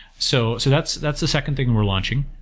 so so that's that's the second thing and we're launching.